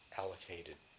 allocated